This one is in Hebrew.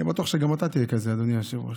אני בטוח שגם אתה תהיה כזה, אדוני היושב-ראש.